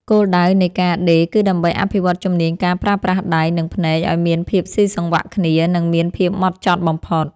គោលដៅនៃការដេរគឺដើម្បីអភិវឌ្ឍជំនាញការប្រើប្រាស់ដៃ និងភ្នែកឱ្យមានភាពស៊ីសង្វាក់គ្នា និងមានភាពហ្មត់ចត់បំផុត។